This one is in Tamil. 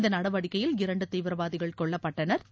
இந்த நடவடிக்கையில் இரண்டு தீவிரவாதிகள் கொல்லப்பட்டனா்